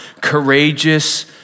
courageous